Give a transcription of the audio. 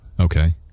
Okay